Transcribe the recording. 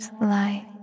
light